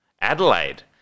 Adelaide